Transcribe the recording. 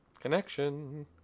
Connection